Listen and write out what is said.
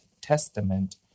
testament